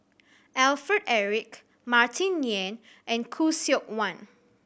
Alfred Eric Martin Yan and Khoo Seok Wan